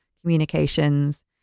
communications